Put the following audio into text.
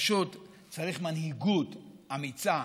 פשוט צריך מנהיגות אמיצה,